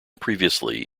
previously